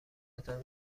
تان